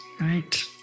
right